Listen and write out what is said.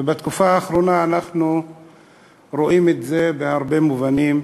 ובתקופה האחרונה אנחנו רואים את זה בהרבה מובנים,